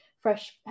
fresh